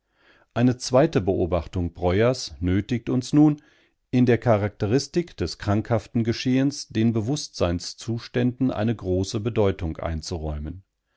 eine zweite beobachtung breuers nötigt uns nun in der charakteristik des krankhaften geschehens den bewußtseinszuständen eine große bedeutung einzuräumen